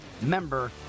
member